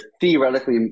theoretically